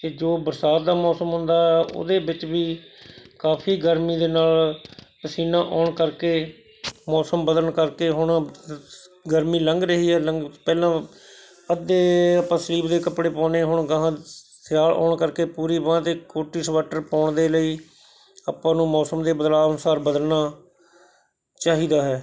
ਇਹ ਜੋ ਬਰਸਾਤ ਦਾ ਮੌਸਮ ਹੁੰਦਾ ਹੈ ਉਹਦੇ ਵਿੱਚ ਵੀ ਕਾਫ਼ੀ ਗਰਮੀ ਦੇ ਨਾਲ਼ ਪਸੀਨਾ ਆਉਣ ਕਰਕੇ ਮੌਸਮ ਬਦਲਨ ਕਰਕੇ ਹੁਣ ਗਰਮੀ ਲੰਘ ਰਹੀ ਹੈ ਪਹਿਲਾਂ ਅੱਧੇ ਆਪਾਂ ਸਰੀਰ 'ਤੇ ਕੱਪੜੇ ਪਾਉਂਦੇ ਹੁਣ ਗਾਹਾਂ ਸਿਆਲ ਆਉਣ ਕਰਕੇ ਪੂਰੀ ਬਾਂਹ ਦੇ ਕੋਟੀ ਸਵੈਟਰ ਪਾਉਣ ਦੇ ਲਈ ਆਪਾਂ ਨੂੰ ਮੌਸਮ ਦੇ ਬਦਲਾਓ ਅਨੁਸਾਰ ਬਦਲਨਾ ਚਾਹੀਦਾ ਹੈ